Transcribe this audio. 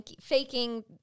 faking